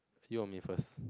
you or me first